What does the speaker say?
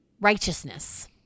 righteousness